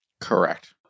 Correct